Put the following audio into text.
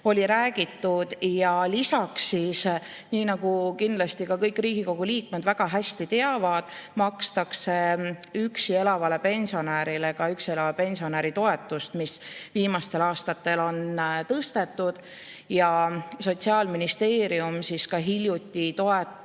siin räägiti. Lisaks, nii nagu kindlasti ka kõik Riigikogu liikmed väga hästi teavad, makstakse üksi elavale pensionärile ka üksi elava pensionäri toetust, mida viimastel aastatel on tõstetud. Sotsiaalministeerium hiljuti